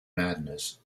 madness